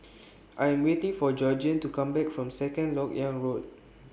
I Am waiting For Georgiann to Come Back from Second Lok Yang Road